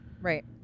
right